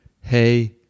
hey